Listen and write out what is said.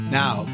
now